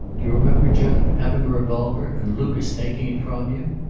do you remember, jud, having a revolver and lucas taking it from you?